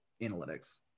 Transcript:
analytics